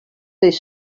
this